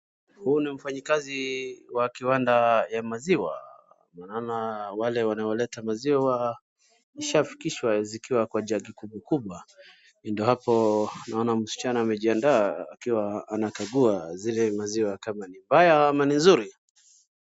Huu ni mfanyikazi wa kiwanda ya maziwa ana wale wanaoleta maziwa ikishafikishwa ziliwa kwa jagi kubwa kubwa ndio hapo naona msichana amejiandaa akiwa anakagua zile maziwa kama ni mbaya ama ni nzuri.